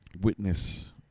witness